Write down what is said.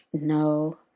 No